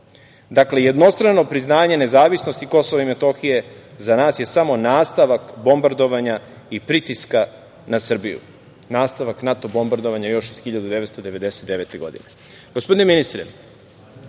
jednostrano priznanje nezavisnosti Kosova i Metohije za nas je samo nastavak bombardovanja i pritiska na Srbiju, nastavak NATO bombardovanja još iz 1999.